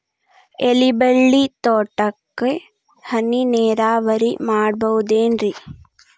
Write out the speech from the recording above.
ಎಲೆಬಳ್ಳಿ ತೋಟಕ್ಕೆ ಹನಿ ನೇರಾವರಿ ಮಾಡಬಹುದೇನ್ ರಿ?